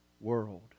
world